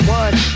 one